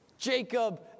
Jacob